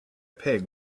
peg